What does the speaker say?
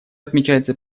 отмечается